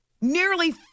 Nearly